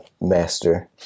master